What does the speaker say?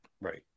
Right